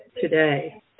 today